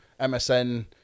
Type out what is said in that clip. MSN